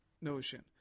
notion